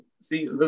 see